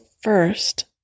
first